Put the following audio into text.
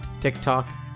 TikTok